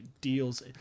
deals –